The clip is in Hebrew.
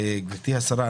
גברתי השרה,